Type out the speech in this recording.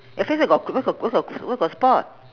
your face where got where got where got where got spot